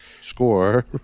score